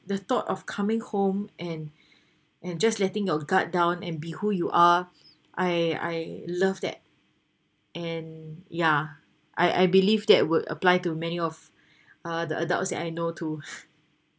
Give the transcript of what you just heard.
the thought of coming home and and just letting your guard down and be who you are I I love that and yeah I I believe that would apply to many of uh the adults that I know too